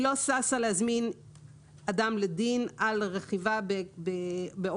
היא לא ששה להזמין אדם לדין על רכיבה באופניים